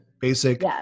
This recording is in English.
basic